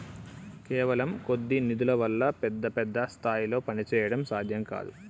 కేవలం కొద్ది నిధుల వల్ల పెద్ద పెద్ద స్థాయిల్లో పనిచేయడం సాధ్యం కాదు